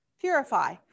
Purify